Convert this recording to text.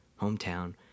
hometown